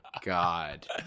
God